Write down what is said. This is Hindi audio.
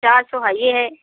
चार सौ है ही है